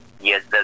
Yes